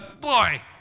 boy